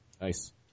Nice